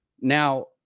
Now